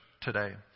today